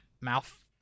Mouth